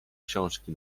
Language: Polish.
książki